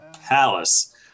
Palace